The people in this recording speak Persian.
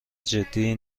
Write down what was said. جدی